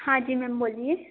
हाँ जी मैम बोलिए